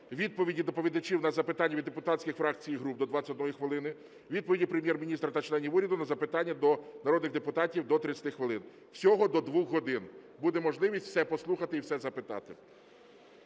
відповіді доповідачів на запитання від депутатських фракцій і груп до 21 хвилини, відповіді Прем'єр-міністра та членів уряду на запитання до народних депутатів – до 30 хвилин. Всього до 2 годин, буде можливість все послухати і все запитати.